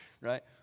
right